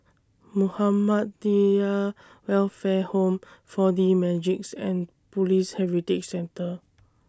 Muhammadiyah Welfare Home four D Magix and Police Heritage Centre